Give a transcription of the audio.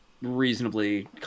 reasonably